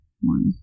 one